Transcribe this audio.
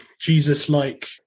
Jesus-like